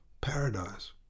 Paradise